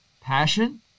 passion